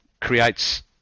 creates